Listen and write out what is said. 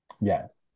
Yes